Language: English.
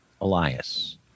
Elias